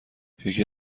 یکی